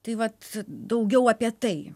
tai vat daugiau apie tai